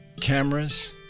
cameras